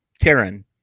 Karen